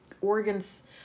organs